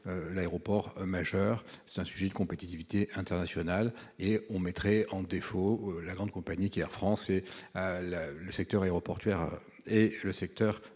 l'aéroport majeur, c'est un sujet de compétitivité internationale et on mettrait en défaut, la grande compagnie qu'est Air France et le secteur aéroportuaire et le secteur